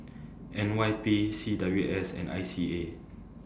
N Y P C W S and I C A